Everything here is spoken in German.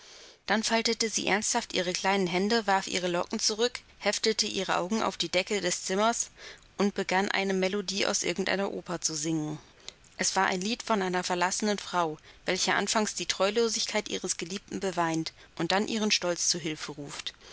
dann faltete sie ernsthaft ihre kleinen hände warf ihre locken zurück heftete ihre augen auf die decke des zimmers und begann eine melodie aus irgend einer oper zu singen es war ein lied von einer verlassenen frau welche anfangs die treulosigkeit ihres geliebten beweint und dann ihren stolz zu hilfe ruft